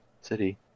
city